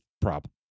problem